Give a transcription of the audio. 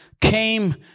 came